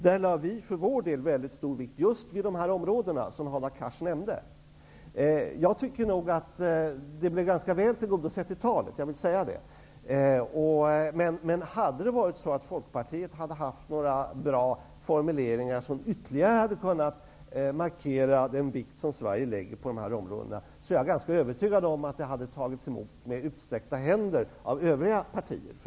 För vår del lade vi mycket stor vikt vid just de områden som Hadar Cars nämnde. Jag tycker att dessa krav blev ganska väl tillgodosedda i talet. Men om Folkpartiet hade haft några bra formuleringar som ytteligare hade kunnat markera den vikt som Sverige lägger på de här områdena, är jag tämligen övertygad om att det hade tagits emot med utsträckta händer av övriga partier.